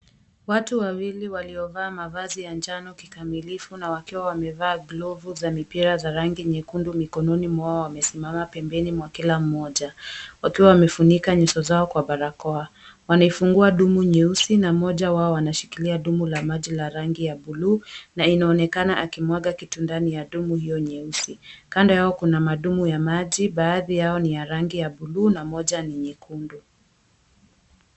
Watu wawili waliovaa mavazi ya njano kikamilifu na wakiwa wamevaa glovu za mipira za rangi nyekundu mikononi mwao wamesimama pembeni mwa kila mmoja. Wakiwa wamefunika nyuso zao kwa barakoa. Wanaifungua dumu nyeusi na moja wao wanashikilia dumu la maji la rangi ya buluu na inaonekana akimwaga kitundani ya dumu hiyo nyeusi. Kando yao kuna madumu ya maji, baadhi yao ni ya rangi ya buluu na moja ni nyekundu.